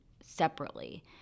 separately